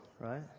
right